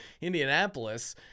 Indianapolis